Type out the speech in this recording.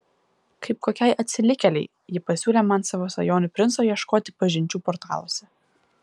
kaip kokiai atsilikėlei ji pasiūlė man savo svajonių princo ieškoti pažinčių portaluose